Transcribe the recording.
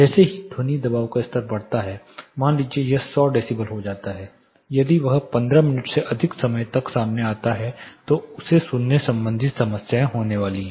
जैसे ही ध्वनि दबाव का स्तर बढ़ता है मान लीजिए कि यह 100 डेसिबल हो जाता है यदि वह 15 मिनट से अधिक समय तक सामने आता है तो उसे सुनने संबंधी समस्याएं होने वाली हैं